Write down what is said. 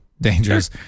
dangerous